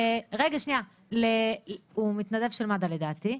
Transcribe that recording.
הוא מתנדב של מד"א לדעתי,